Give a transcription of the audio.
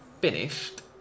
finished